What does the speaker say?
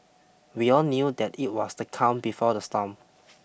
we all knew that it was the calm before the storm